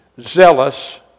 zealous